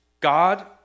God